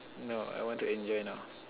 no I want to enjoy now